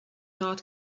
not